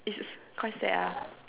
it's quite sad ah